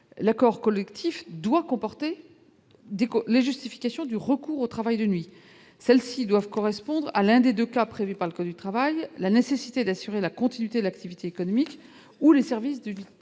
l'accord collectif doit comporter des les justifications du recours au travail de nuit, celles-ci doivent correspondre à l'un des 2 cas prévus par le code du travail, la nécessité d'assurer la continuité de l'activité économique, où les services d'Ueli